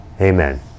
Amen